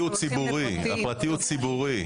הפרטי הוא ציבורי.